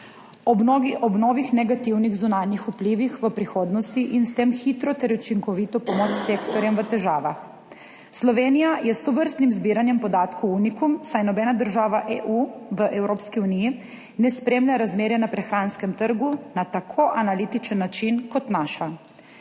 ob novih negativnih zunanjih vplivih v prihodnosti in s tem hitro ter učinkovito pomoč sektorjem v težavah. Slovenija je s tovrstnim zbiranjem podatkov unikum, saj nobena država EU v Evropski uniji ne spremlja razmerja na prehranskem trgu na tako analitičen način kot naša.